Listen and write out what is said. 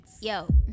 Yo